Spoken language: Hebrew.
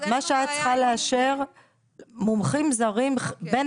מה שאת צריכה לאשר - מומחים זרים הם בין